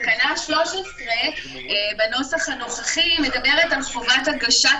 תקנה 13 בנוסח הנוכחי מדברת על חובת הגשת